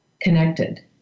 connected